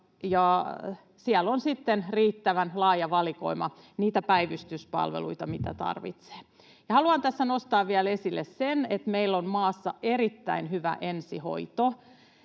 sitten riittävän laaja valikoima niitä päivystyspalveluita, mitä tarvitaan. Haluan tässä nostaa vielä esille sen, että meillä on maassa erittäin hyvä ensihoito.